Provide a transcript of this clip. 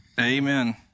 Amen